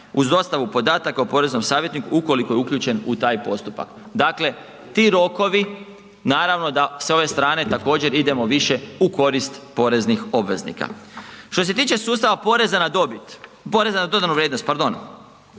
uz dostavu podataka o poreznom savjetniku ukoliko je uključen u taj postupak, dakle ti rokovi naravno da sa ove strane također idemo više u korist poreznih obveznika. Što se tiče sustava poreza na dobit,